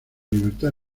libertad